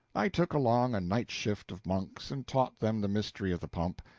i took along a night shift of monks, and taught them the mystery of the pump,